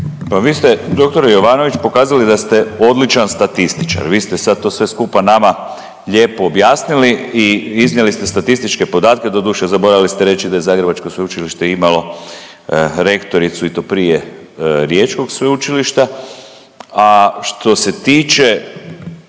vi ste dr. Jovanović pokazali da ste odličan statističar, vi ste sad to sve skupa nama lijepo objasnili i iznijeli ste statističke podatke, doduše zaboravili ste reći da je Zagrebačko sveučilište imalo rektoricu i to prije Riječkog sveučilišta. A što se tiče